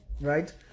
right